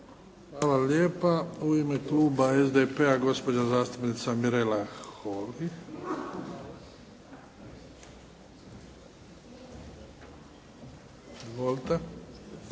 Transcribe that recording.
Hvala lijepa. U ime Kluba SDP-a, gospođa zastupnica Mirela Holy.